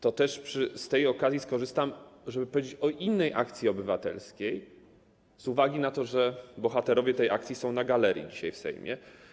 To też z tej okazji skorzystam, żeby powiedzieć o innej akcji obywatelskiej, z uwagi na to, że bohaterowie tej akcji są dzisiaj na galerii w Sejmie.